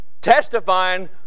testifying